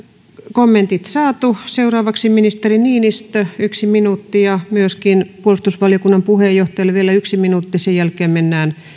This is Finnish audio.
kommentit saatu seuraavaksi ministeri niinistö yksi minuutti ja myöskin puolustusvaliokunnan puheenjohtajalle vielä yksi minuutti sen jälkeen mennään